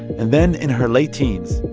and then in her late teens,